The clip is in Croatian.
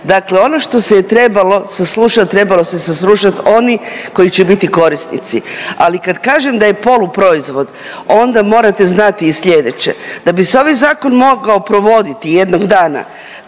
Dakle ono što se je trebalo saslušati, trebalo se saslušat oni koji će biti korisnici, ali kad kažem da je poluproizvod, onda morate znati i sljedeće, da bi se ovaj Zakon mogao provoditi jednog dana,